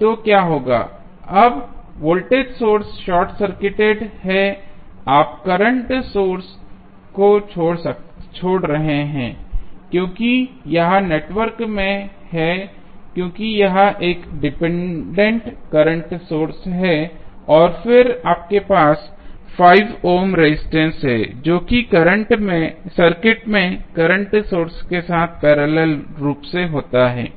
तो क्या होगा अब वोल्टेज सोर्स शार्ट सर्किटेड है आप करंट सोर्स को छोड़ रहे हैं क्योंकि यह नेटवर्क में है क्योंकि यह एक डिपेंडेंट करंट सोर्स है और फिर आपके पास 5 ओम रेजिस्टेंस है जो कि सर्किट में करंट सोर्स के साथ पैरेलल रूप से होता है